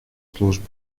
службу